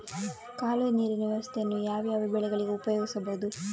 ಕಾಲುವೆ ನೀರಿನ ವ್ಯವಸ್ಥೆಯನ್ನು ಯಾವ್ಯಾವ ಬೆಳೆಗಳಿಗೆ ಉಪಯೋಗಿಸಬಹುದು?